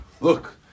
look